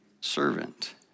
servant